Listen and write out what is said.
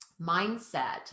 mindset